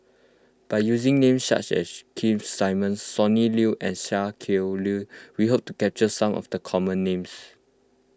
by using names such as Keith Simmons Sonny Liew and Sia Kah Lui we hope to capture some of the common names